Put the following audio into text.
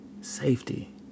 Safety